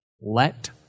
Let